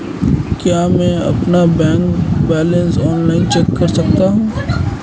क्या मैं अपना बैंक बैलेंस ऑनलाइन चेक कर सकता हूँ?